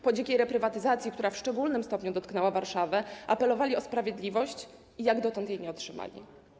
Po dzikiej reprywatyzacji, która w szczególnym stopniu dotknęła Warszawę, apelowali o sprawiedliwość i jak dotąd jej nie otrzymali.